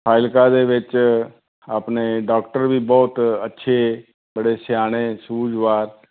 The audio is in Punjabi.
ਫਾਜ਼ਿਲਕਾ ਦੇ ਵਿੱਚ ਆਪਣੇ ਡਾਕਟਰ ਵੀ ਬਹੁਤ ਅੱਛੇ ਬੜੇ ਸਿਆਣੇ ਸੂਝਵਾਨ